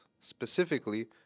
specifically